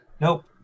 Nope